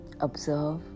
observe